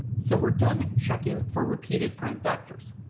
so we're done checking for repeated prime factors.